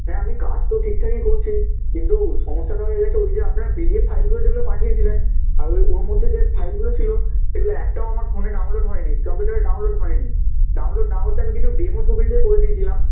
হ্যাঁ আমি কাজ তো ঠিকঠাকই করছি কিন্তু সমস্যাটা হয়ে গেছে ওই যে আপনার পি ডি এফ ফাইলগুলো যেগুলো পাঠিয়েছিলেন আর ওই ওর মধ্যে যে ফাইলগুলো ছিল সেগুলো একটাও আমার ফোনে ডাউনলোড হয়নি কম্পিউটারে ডাউনলোড হয়নি ডাউনলোড না হতে আমি কিছু ডেমো ছবি দিয়ে করে দিয়েছিলাম